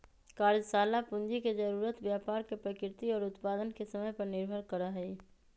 कार्यशाला पूंजी के जरूरत व्यापार के प्रकृति और उत्पादन के समय पर निर्भर करा हई